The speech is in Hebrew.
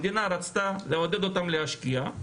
המדינה רצתה לעודד אותם להשקיע.